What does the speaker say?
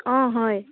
অ হয়